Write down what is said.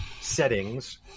settings